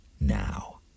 now